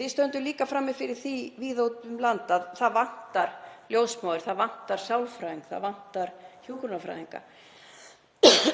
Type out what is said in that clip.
Við stöndum líka frammi fyrir því víða úti um land að það vantar ljósmóður, það vantar sálfræðing, það vantar hjúkrunarfræðinga.